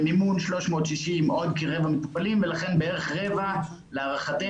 במימון 360 עוד כרבע מטופלים ולכן בערך רבע להערכתנו,